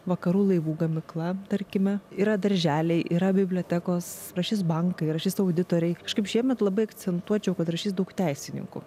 vakarų laivų gamykla tarkime yra darželiai yra bibliotekos rašys bankai rašys auditoriai kažkaip šiemet labai akcentuočiau kad rašys daug teisininkų